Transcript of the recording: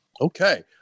Okay